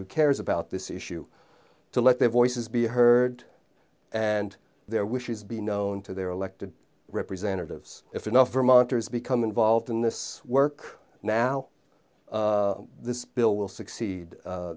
who cares about this issue to let their voices be heard and their wishes be known to their elected representatives if enough vermonters become involved in this work now this bill will succeed